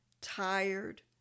tired